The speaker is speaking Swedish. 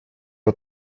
och